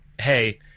Hey